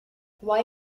why